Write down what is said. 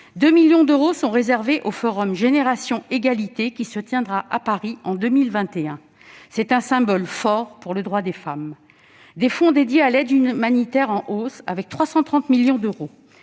2 millions d'euros sont réservés au Forum Génération Égalité, qui se tiendra à Paris en 2021- c'est un symbole fort pour les droits des femmes. Des fonds dédiés à l'aide humanitaire sont en hausse, avec 330 millions d'euros